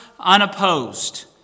unopposed